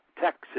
Texas